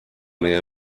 meie